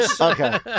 Okay